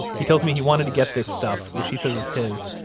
he tells me he wanted to get this stuff, which he says is his,